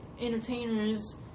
entertainers